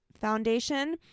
Foundation